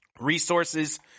resources